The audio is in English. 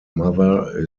mother